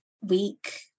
week